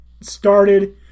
started